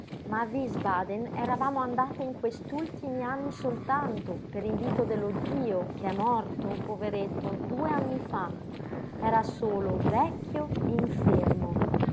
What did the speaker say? a wiesbaden eravamo andate in quest'ultimi anni soltanto per invito dello zio che è morto poveretto due anni fa era solo vecchio e infermo